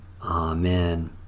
Amen